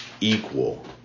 equal